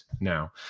now